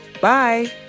Bye